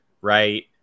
right